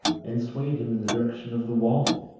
and swayed him in the direction of the wall.